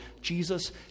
Jesus